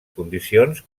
condicions